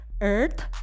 Earth